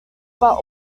but